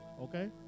okay